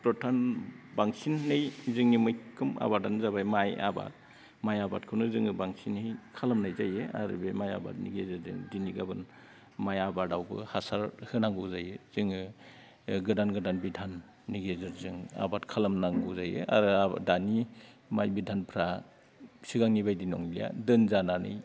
प्रथन बांसिनै जोंनि मैखोम आबादानो जाबाय माइ आबाद माइ आबादखौनो जोङो बांसिनै खालामनाय जायो आरो बे माइ आबादनि गेजेरजों दिनै गाबोन माइ आबादावबो हासार होनांगौ जायो जोङो गोदान गोदान बिधाननि गेजेरजों आबाद खालामनांगौ जायो आरो दानि माइ बिधानफ्रा सिगांनिबायदि नंलिया दोनजानानै